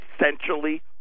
essentially